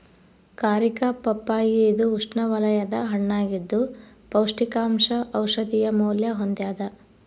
ಕಾರಿಕಾ ಪಪ್ಪಾಯಿ ಇದು ಉಷ್ಣವಲಯದ ಹಣ್ಣಾಗಿದ್ದು ಪೌಷ್ಟಿಕಾಂಶ ಔಷಧೀಯ ಮೌಲ್ಯ ಹೊಂದ್ಯಾದ